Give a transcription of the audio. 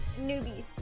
newbie